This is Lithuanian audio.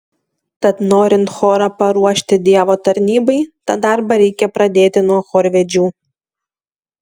tad norint chorą paruošti dievo tarnybai tą darbą reikia pradėti nuo chorvedžių